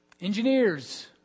engineers